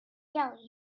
jelly